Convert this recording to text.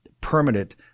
permanent